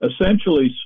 essentially